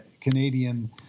Canadian